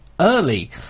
early